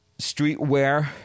streetwear